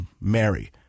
mary